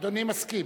אדוני מסכים?